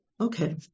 okay